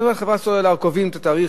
נניח חברת סלולר קובעת את התאריך,